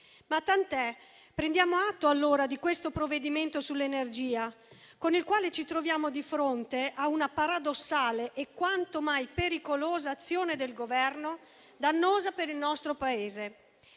Ma tant'è, prendiamo atto di questo provvedimento sull'energia, con il quale ci troviamo di fronte a una paradossale e quanto mai pericolosa azione del Governo, dannosa per il nostro Paese.